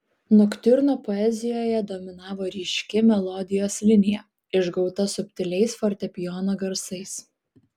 noktiurno poezijoje dominavo ryški melodijos linija išgauta subtiliais fortepijono garsais